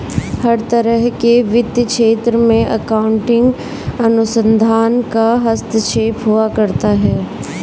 हर तरह के वित्तीय क्षेत्र में अकाउन्टिंग अनुसंधान का हस्तक्षेप हुआ करता है